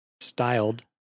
styled